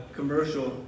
commercial